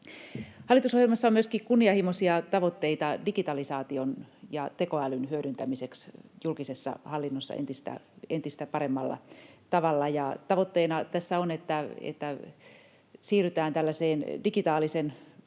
Hallitusohjelmassa on myöskin kunnianhimoisia tavoitteita digitalisaation ja tekoälyn hyödyntämiseksi julkisessa hallinnossa entistä paremmalla tavalla. Tavoitteena tässä on, että siirrytään tällaiseen digitaalisten